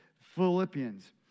Philippians